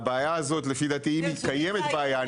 לפי דעתי קיימת בעיה,